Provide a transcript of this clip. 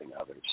others